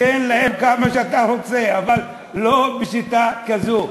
תן להם כמה שאתה רוצה, אבל לא בשיטה כזו.